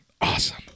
awesome